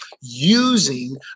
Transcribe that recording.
Using